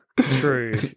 True